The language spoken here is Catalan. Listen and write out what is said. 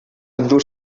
endur